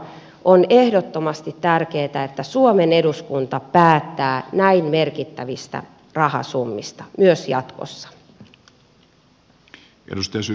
on ehdottomasti tärkeätä että suomen eduskunta päättää näin merkittävistä rahasummista myös jatkossa